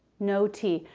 no t.